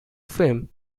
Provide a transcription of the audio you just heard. film